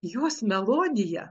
jos melodija